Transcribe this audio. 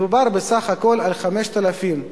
מדובר בסך הכול על 5,000 מורים,